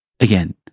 Again